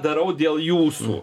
darau dėl jūsų